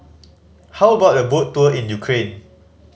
how about a boat tour in Ukraine